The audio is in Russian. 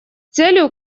целью